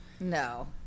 No